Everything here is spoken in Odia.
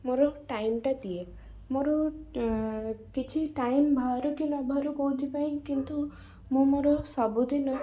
ମୋର ଟାଇମ ଟା ଦିଏ ମୋର କିଛି ଟାଇମ ବାହାରୁ କି ନ ବାହାରୁ କେଉଁଥିପାଇଁ କିନ୍ତୁ ମୁଁ ମୋର ସବୁଦିନ